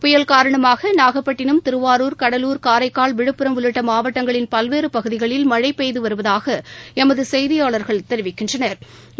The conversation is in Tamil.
புயல் காரணமாக நாகப்பட்டினம் திருவாரூர் கடலூர் காரைக்கால் விழுப்புரம் உள்ளிட்ட மாவட்டங்களின் பல்வேறு பகுதிகளில் மழை பெய்து வருவதாக எமது செய்தியாளா்கள் தெரிவிக்கின்றனா்